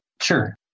Sure